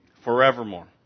Forevermore